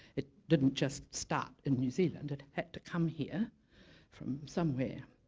it didn't just start in new zealand, it had to come here from somewhere